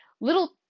little